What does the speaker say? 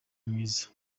mwiza